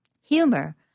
humor